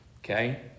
okay